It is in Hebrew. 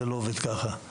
זה לא עובד ככה.